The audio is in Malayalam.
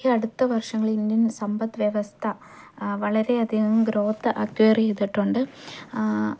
ഈ അടുത്ത വർഷങ്ങളിൽ ഇന്ത്യൻ സമ്പദ് വ്യവസ്ഥ വളരെയധികം ഗ്രോത്ത് അക്വേയർ ചെയ്തിട്ടുണ്ട്